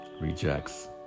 rejects